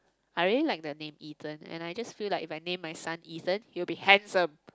I really like the name Ethan and I just feel like if I name my son Ethan he will be handsome